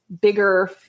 bigger